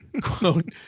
Quote